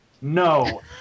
no